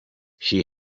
she